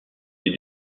des